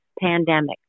pandemic